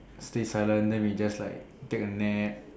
stay silent then we just like take a nap